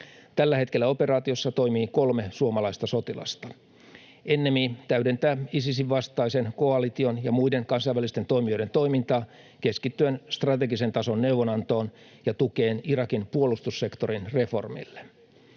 Tällä hetkellä operaatiossa toimii kolme suomalaista sotilasta. NMI täydentää Isisin vastaisen koalition ja muiden kansainvälisten toimijoiden toimintaa keskittyen strategisen tason neuvonantoon ja tukeen Irakin puolustussektorin reformille.